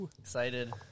Excited